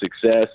success